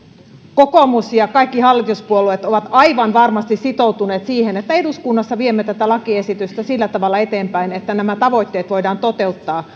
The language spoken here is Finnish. kokoomus ja kaikki hallituspuolueet ovat aivan varmasti sitoutuneet siihen että eduskunnassa viemme tätä lakiesitystä sillä tavalla eteenpäin että nämä tavoitteet voidaan toteuttaa